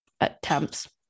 attempts